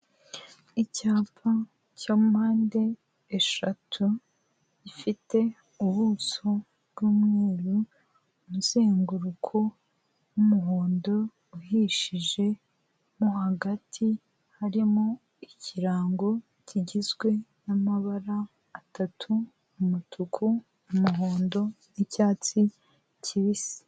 Icyapa cya mpande eshatu gifite ubuso bw'umweru, umuzenguruko w'umuhondo uhishije, mo hagati harimo ikirango kigizwe n'amabara atatu umutuku, umuhondo n'icyatsi kibisi.